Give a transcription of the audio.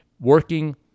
Working